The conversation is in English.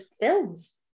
films